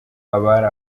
abari